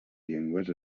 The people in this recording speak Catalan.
llengües